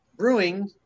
Brewing